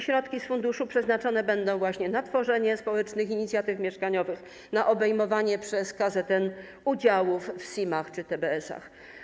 Środki z funduszu przeznaczone będą właśnie na tworzenie społecznych inicjatyw mieszkaniowych, na obejmowanie przez KZN udziałów w SIM-ach czy TBS-ach.